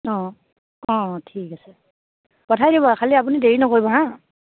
অঁ অঁ ঠিক আছে পঠাই দিব খালী আপুনি দেৰি নকৰিব হাঁ